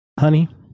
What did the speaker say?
honey